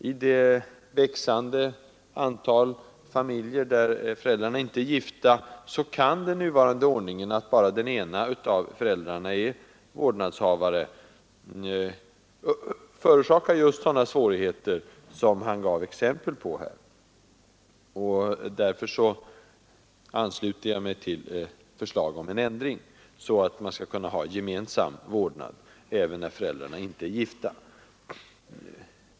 I det växande antal familjer där föräldrarna inte är gifta, kan den nuvarande ordningen — att bara den ena av föräldrarna är vårdnadshavare — förorsaka just sådana svårigheter som han gav exempel på. Därför ansluter jag mig till förslagen om en ändring, så att föräldrar skall kunna få gemensam vårdnad även om de inte är gifta.